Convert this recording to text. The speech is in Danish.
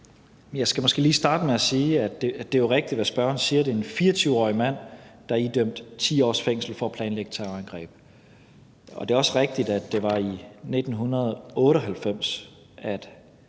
Jeg skal måske lige starte med at sige, at det jo er rigtigt, hvad spørgeren siger: Det er en 24-årig mand, der er idømt 10-års fængsel for at planlægge terrorangreb. Det er også rigtigt, at det var i 1998, at